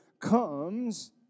comes